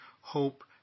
hope